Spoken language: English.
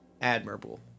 admirable